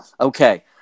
Okay